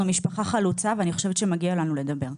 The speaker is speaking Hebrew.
אנחנו משפחה חלוצה ואני חושבת שמגיע לנו לדבר.